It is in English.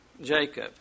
Jacob